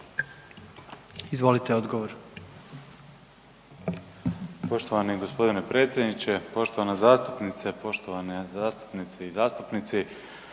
Izvolite odgovor.